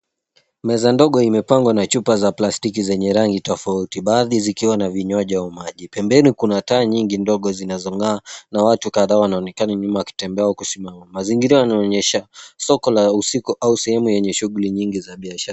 Meza ndogo imepangwa na chupa za plastiki zenye rangi tofauti, baadhi zikiwa na vinywaji au maji. Pembeni kuna taa nyingi ndogo zinazong'aa na watu kadhaa nyuma wanaonekana wakitembea au kusimama . Mazingira yanaonyesha soko la usiku au sehemu yenye shughuli nyingi za biashara.